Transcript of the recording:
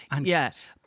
Yes